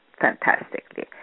fantastically